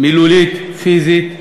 מילולית, פיזית,